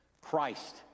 Christ